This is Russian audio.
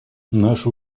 наши